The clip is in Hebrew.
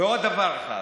ועוד דבר אחד.